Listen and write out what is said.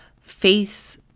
face